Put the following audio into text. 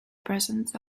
presence